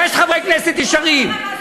חברת הכנסת